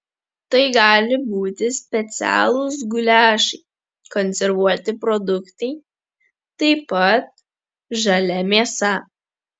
tai gali būti specialūs guliašai konservuoti produktai taip pat žalia mėsa